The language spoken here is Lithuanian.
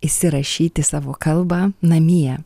įsirašyti savo kalbą namie